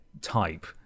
type